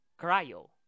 cryo